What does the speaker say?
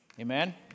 Amen